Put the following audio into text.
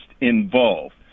involved